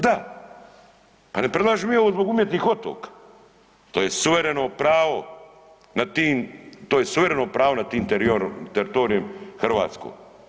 Da, pa ne predlažemo mi ovo zbog umjetnih otoka, to je suvereno pravo nad tim, to je suvereno pravo nad tim teritorijem hrvatsko.